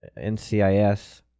NCIS